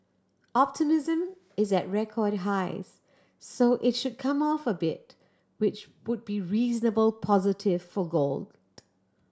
optimism is at record highs so it should come off a bit which would be reasonable positive for gold